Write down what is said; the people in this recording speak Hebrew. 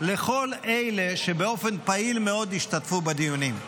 לכל אלה שבאופן פעיל מאוד השתתפו בדיונים,